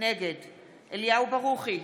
נגד אליהו ברוכי,